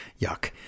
Yuck